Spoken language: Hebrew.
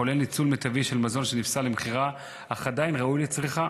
כולל ניצול מיטבי של מזון שנפסל למכירה אך עדיין ראוי לצריכה.